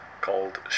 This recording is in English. called